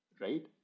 right